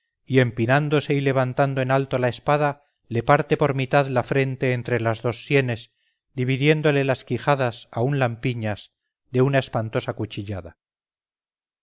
y empinándose y levantando en alto la espada le parte por mitad la frente entre las dos sienes dividiéndole las quijadas aun lampiñas de una espantosa cuchillada